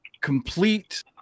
complete